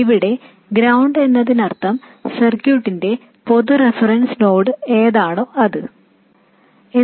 ഇവിടെ ഗ്രൌണ്ട് എന്നതിനർത്ഥം സർക്യൂട്ടിന്റെ പൊതു റഫറൻസ് നോഡ് ഏത് തന്നെയായാലും അതാണ്